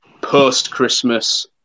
post-Christmas